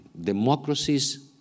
democracies